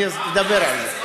אני אדבר על זה.